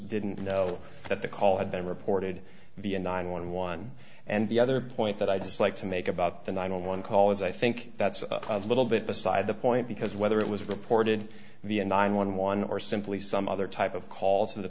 didn't know that the call had been reported the a ninety one one and the other point that i dislike to make about the nine hundred one call is i think that's a little bit beside the point because whether it was reported the a nine one one or simply some other type of call to the